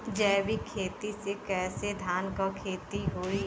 जैविक खेती से कईसे धान क खेती होई?